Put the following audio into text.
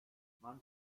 man